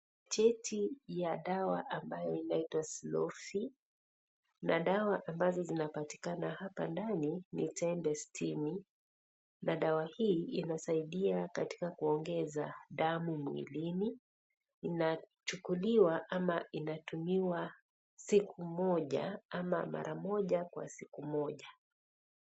cheti ya dawa ambayo inaitwa Slow Fe n dawa ambazo zinazopatikana hapa ndani ni tembe sitini na dawa hii inasaidia katika kuongeza damu mwilini inachukuliwa ama inatumiwa siku moja ama mara moja kwa siku moja.